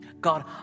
God